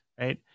right